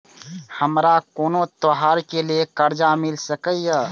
हमारा कोनो त्योहार के लिए कर्जा मिल सकीये?